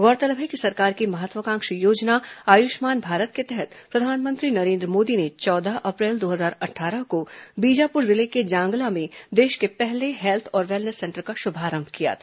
गौरतलब है कि सरकार की महत्वाकांक्षी योजना आयुष्मान भारत के तहत प्रधानमंत्री नरेन्द्र मोदी ने चौदह अप्रैल दो हजार अट्ठारह को बीजापुर जिले के जांगला में देश के पहले हेल्थ और वेलनेस सेंटर का शुभारंभ किया था